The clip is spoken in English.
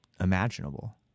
imaginable